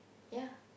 ya